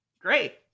Great